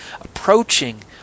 approaching